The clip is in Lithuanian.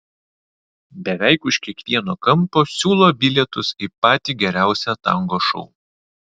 beveik už kiekvieno kampo siūlo bilietus į patį geriausią tango šou